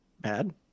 bad